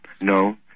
No